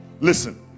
listen